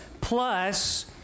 plus